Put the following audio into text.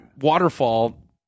waterfall